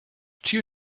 two